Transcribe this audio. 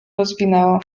rozwinęło